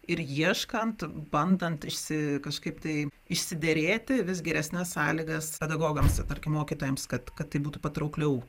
ir ieškant bandant išsi kažkaip tai išsiderėti vis geresnes sąlygas pedagogams tarkim mokytojams kad kad tai būtų patraukliau